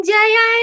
Jaya